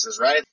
right